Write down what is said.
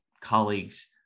colleagues